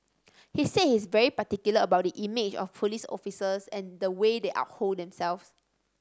he said he is very particular about the image of police officers and the way they uphold themselves